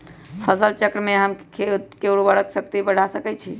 फसल चक्रण से हम खेत के उर्वरक शक्ति बढ़ा सकैछि?